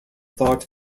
thought